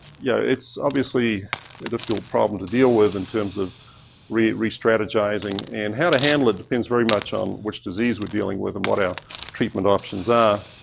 yeah it's obviously a difficult problem to deal with in terms of re-strategizing and how to handle it depends very much on which disease we're dealing with and what our treatment options are.